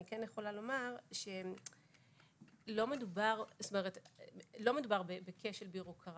ואני כן יכולה לומר שלא מדובר בכשל ביורוקרטי.